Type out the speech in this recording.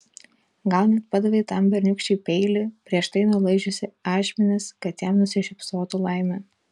gal net padavei tam berniūkščiui peilį prieš tai nulaižiusi ašmenis kad jam nusišypsotų laimė